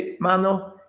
mano